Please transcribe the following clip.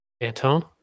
Anton